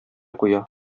куя